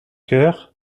coeur